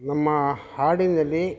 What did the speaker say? ನಮ್ಮ ಹಾಡಿನಲ್ಲಿ